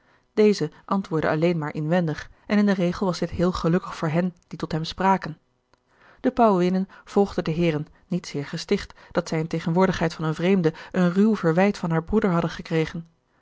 deze antwoordde alleen maar inwendig en in den regel was dit heel gelukkig voor hen die tot hem spraken de pauwinnen volgden de heeren niet zeer gesticht dat zij in tegenwoordigheid van een vreemde een ruw verwijt van haar broeder hadden gekregen